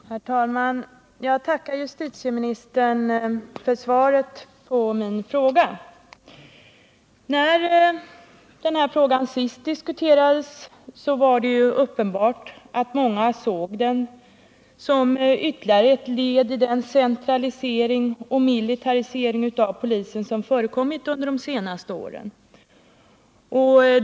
Herr talman! Jag tackar justitieministern för svaret på min fråga. När denna sak förra gången diskuterades, var det uppenbart att många såg den såsom ytterligare ett led i den centralisering och militarisering av polisen som har förekommit under de senaste åren.